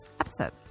episode